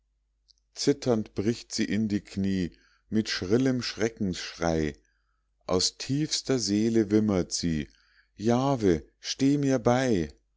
zitternd bricht sie in die knie mit schrillem schreckensschrei aus tiefster seele wimmert sie jahve stehe mir bei